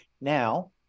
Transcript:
Now